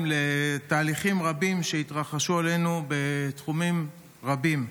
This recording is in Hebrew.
לתהליכים רבים שהתרחשו עלינו בתחומים רבים.